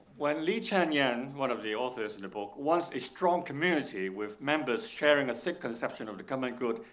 when li chenyang, one of the authors in the book, wants a strong community with members sharing a thick conception of the common good,